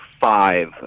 five